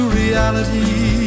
reality